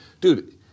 dude